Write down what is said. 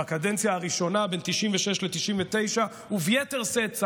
בקדנציה הראשונה בין 1996 ל-1999 וביתר שאת,